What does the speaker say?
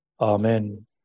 Amen